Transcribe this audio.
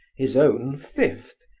his own fifth,